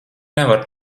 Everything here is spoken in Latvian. nevar